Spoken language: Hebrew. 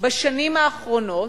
בשנים האחרונות,